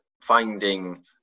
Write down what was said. finding